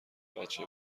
بچه